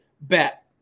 bet